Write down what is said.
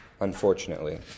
unfortunately